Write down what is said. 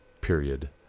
period